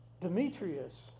Demetrius